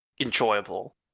enjoyable